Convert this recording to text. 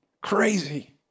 Crazy